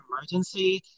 emergency